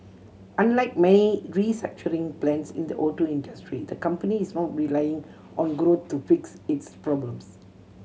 unlike many restructuring plans in the auto industry the company is not relying on growth to fix its problems